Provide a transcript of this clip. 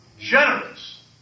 generous